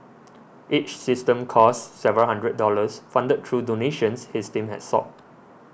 each system costs several hundred dollars funded through donations his team has sought